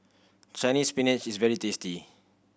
Chinese Spinach is very tasty